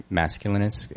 masculinist